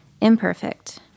imperfect